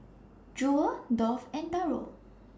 Jewel Dolph and Darold